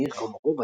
מאיר קומרוב,